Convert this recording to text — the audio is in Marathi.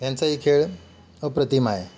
यांचाही खेळ अप्रतिम आहे